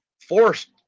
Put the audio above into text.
forced